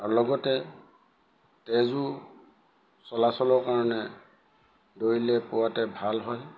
আৰু লগতে তেজো চলাচলৰ কাৰণে দৌৰিলে পোৱাতে ভাল হয়